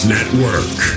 Network